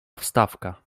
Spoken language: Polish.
wstawka